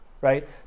right